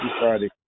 Friday